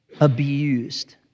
Abused